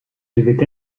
devait